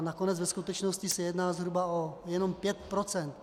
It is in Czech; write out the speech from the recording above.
Nakonec ve skutečnosti se jedná zhruba jenom o 5 %.